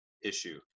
issue